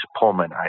Pullman